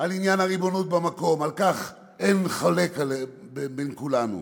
לעניין הריבונות במקום, על כך אין חולק בין כולנו.